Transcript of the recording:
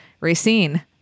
Racine